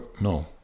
No